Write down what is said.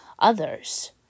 Others